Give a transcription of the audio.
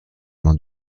main